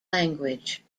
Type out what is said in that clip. language